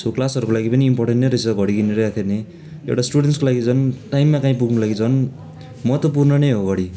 so क्लासहरूको लागि पनि इम्पोर्टेन्ट नै रहेछ घडी किनी राख्यो भने एउटा स्टुडेन्टको लागि झन् टाइममा कहीँ पुग्नुको लागि झन् महत्त्वपूर्ण नै हो घडी